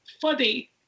funny